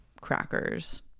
crackers